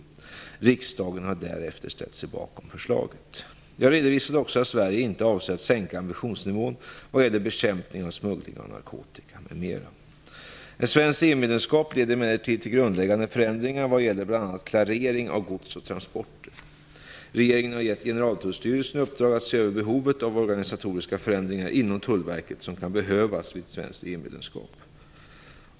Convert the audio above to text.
Riksdagen har därefter också ställs sig bakom förslaget. Jag redovisade också att Sverige inte avser att sänka ambitionsnivån vad gäller bekämpning av smuggling av narkotika m.m. Ett svenskt EU-medlemskap leder emellertid till grundläggande förändringar vad gäller bl.a. klarering av gods och transporter. Regeringen har gett Generaltullstyrelsen i uppdrag att se över behovet av organisatoriska förändringar inom Tullverket som kan behövas vid ett svenskt EU-medlemskap.